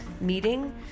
meeting